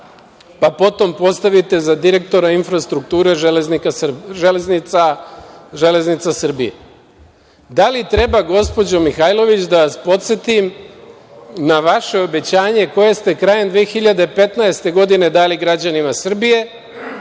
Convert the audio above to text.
pa potom postavite za direktora infrastrukture Železnica Srbije. Da li treba gospođo Mihajlović da vas podsetim, na vaša obećanje koje ste krajem 2015. godine dali građanima Srbije,